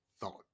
Thought